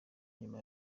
nyuma